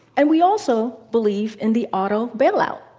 and we also believe in the auto bailout,